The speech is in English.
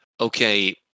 okay